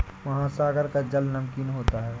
महासागर का जल नमकीन होता है